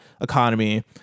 economy